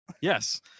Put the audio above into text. Yes